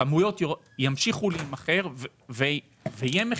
הכמויות ימשיכו להימכר ותהיה מכירה,